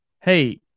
hey